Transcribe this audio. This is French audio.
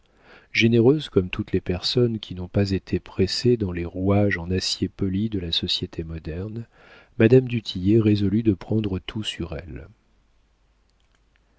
généreuse comme toutes les personnes qui n'ont pas été pressées dans les rouages en acier poli de la société moderne madame du tillet résolut de prendre tout sur elle